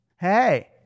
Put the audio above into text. hey